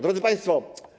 Drodzy Państwo!